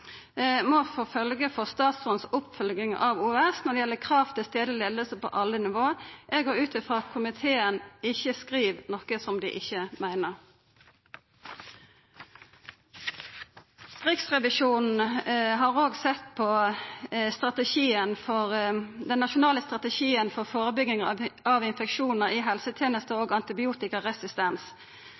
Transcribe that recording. må få følgjer for statsrådens oppfølging av OUS når det gjeld krav til stadleg leiing på alle nivå. Eg går ut ifrå at komiteen ikkje skriv noko som dei ikkje meiner. Riksrevisjonen har òg sett på den nasjonale strategien for førebygging av infeksjonar i helsetenesta og antibiotikaresistens. Det har vorte etablert overvakingssystem for infeksjonar erverva i helsetenesta og antibiotikaresistens,